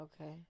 Okay